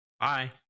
Bye